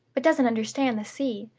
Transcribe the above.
but doesn't understand the sea.